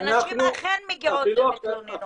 ונשים אכן מגיעות ומתלוננות.